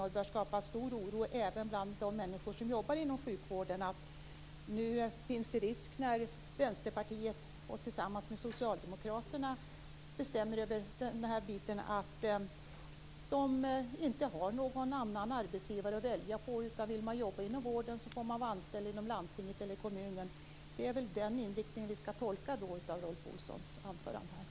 Det skapas stor oro även bland dem som jobbar inom sjukvården. När Vänsterpartiet tillsammans med Socialdemokraterna bestämmer över detta finns det risk att det inte finns någon annan arbetsgivare för dem inom sjukvården att välja på. Vill man jobba inom vården måste man bli anställd inom landsting eller kommun. Det är väl den inriktningen vi får tolka in i Rolf Olssons anförande.